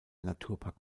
naturpark